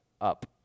up